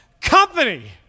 company